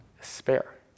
spare